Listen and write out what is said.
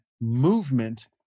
movement